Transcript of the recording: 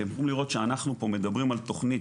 אפשר לראות שאנחנו פה מדברים על תוכנית